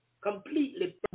completely